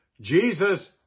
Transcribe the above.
Jesus